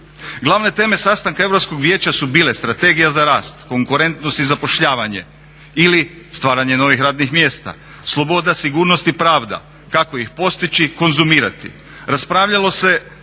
Glavne teme sastanka Europskog vijeća su bile Strategija za rast, konkurentnost i zapošljavanje ili stvaranje novih radnih mjesta. Sloboda, sigurnost i pravda, kako ih postići, konzumirati.